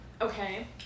Okay